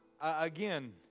Again